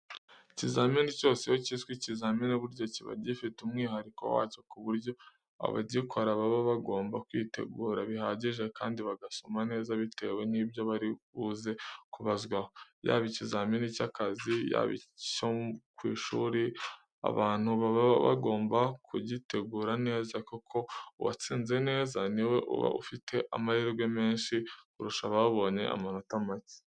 Ikizamini cyose iyo cyiswe ikizamini burya kiba gifite umwihariko wacyo ku buryo abagikora baba bagomba kwitegura bihagije, kandi bagasoma neza bitewe n'ibyo bari buze kubazwaho. Yaba ikizamini cy'akazi, yaba icyo ku ishuri, abantu baba bagomba kugitegura neza kuko uwatsinze neza ni we uba ufite amahirwe menshi kurusha ababonye amanota make.